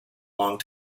long